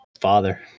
father